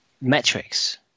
metrics